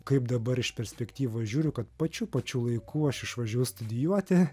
kaip dabar iš perspektyvos žiūriu kad pačiu pačiu laiku aš išvažiuoju studijuoti